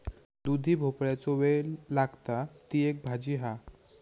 दुधी भोपळ्याचो वेल लागता, ती एक भाजी हा